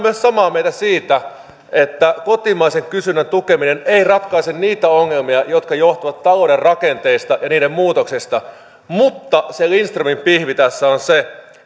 samaa mieltä myös siitä että kotimaisen kysynnän tukeminen ei ratkaise niitä ongelmia jotka johtuvat talouden rakenteista ja niiden muutoksista mutta se lindströmin pihvi tässä on se